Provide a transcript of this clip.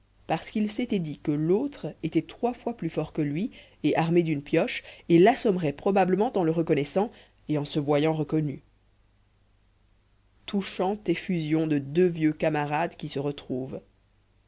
parce qu'il s'était dit que l'autre était trois fois plus fort que lui et armé d'une pioche et l'assommerait probablement en le reconnaissant et en se voyant reconnu touchante effusion de deux vieux camarades qui se retrouvent